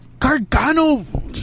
Gargano